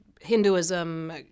Hinduism